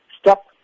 Stop